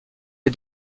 les